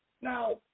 Now